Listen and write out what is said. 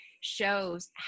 shows